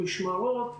משמרות,